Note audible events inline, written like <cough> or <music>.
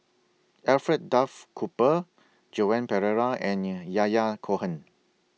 Alfred Duff Cooper Joan Pereira and <noise> Yahya Cohen